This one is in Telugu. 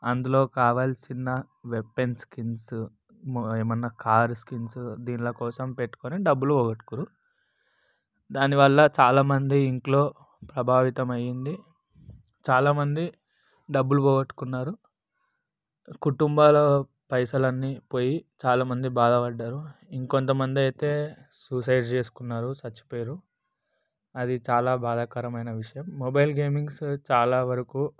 అందులో కావాల్సిన వెపన్ స్కిన్స్ ఏమైనా కారు స్కిన్స్ దీని కోసం పెట్టుకొని డబ్బులు పోగొట్టుకురు దాని వల్ల చాలా మంది ఇంట్లో ప్రభావితం అయింది చాలా మంది డబ్బులు పోగొట్టుకున్నారు కుటుంబాలు పైసలు పోయి చాలా మంది బాధపడ్డారు ఇంకొంత మంది అయితే సూసైడ్ చేసుకున్నారు చచ్చిపోయారు అది చాలా బాధాకరమైన విషయం మొబైల్ గేమింగ్స్ చాలా వరకు